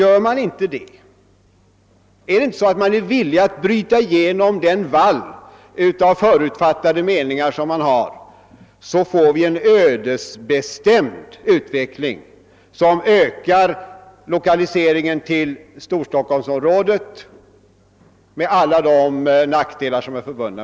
Är man inte villig att bryta igenom denna vall av förutfattade meningar, får vi en ödesbestämd utveckling som ökar lokaliseringen till Storstockholmsområdet.